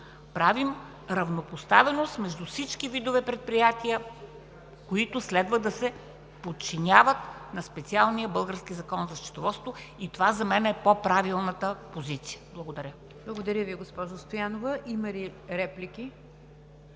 правим равнопоставеност между всички видове предприятия, които следва да се подчиняват на специалния български Закон за счетоводството, и това за мен е по-правилната позиция. Благодаря. ПРЕДСЕДАТЕЛ НИГЯР ДЖАФЕР: Благодаря Ви, госпожо Стоянова. Има ли реплики?